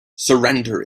surrender